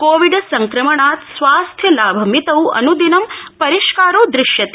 Covid संक्रमणात् स्वास्थ्य लाभमितौ अन्गिनं परिष्कारो दृश्यते